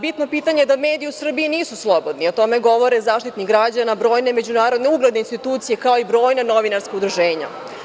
Bitno pitanje da mediji u Srbiji nisu slobodni, o tome govori Zaštitnik građana, brojne međunarodne ugledne institucije, kao i brojna novinarska udruženja.